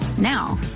Now